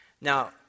Now